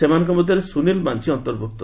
ସେମାନଙ୍କ ମଧ୍ୟରେ ସୁନିଲ୍ ମାନ୍ଝୀ ଅନ୍ତର୍ଭୁକ୍ତ